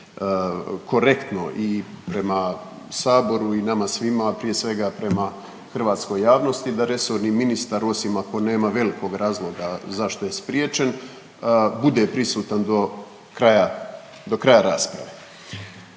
bilo korektno i prema Saboru i prema nama svima, a prije svega prema hrvatskoj javnosti da resorni ministar osim da nema velikog razloga zašto je spriječen bude prisutan do kraja rasprave.